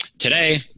Today